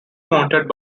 monitored